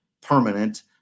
permanent